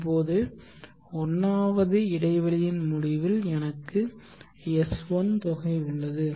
இப்போது 1 வது இடைவெளியின் முடிவில் எனக்கு S1 தொகை உள்ளது